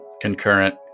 concurrent